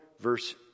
verse